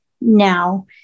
now